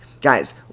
Guys